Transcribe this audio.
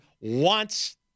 wants